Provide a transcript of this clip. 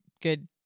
Good